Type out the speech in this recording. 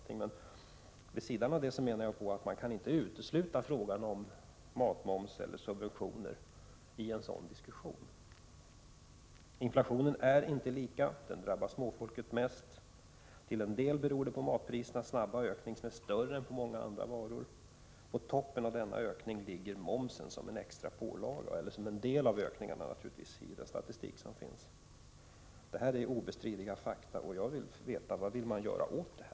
Men jag menar, att vid en kamp mot dessa kostnader, efter de vägar som löneministern har pekat på, kan inte en diskussion om matmomsen eller subventionerna uteslutas. Inflationen är inte lika. Den drabbar småfolket mest. Till en del beror det på matprisernas snabba ökning, en ökning som är större än på många andra varor. På toppen av denna ökning ligger momsen, som en del av ökningarna i den statistik som finns. Detta är obestridliga fakta, och jag vill veta vad regeringen vill göra åt problemet.